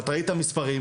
ואת ראית את המספרים,